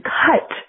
cut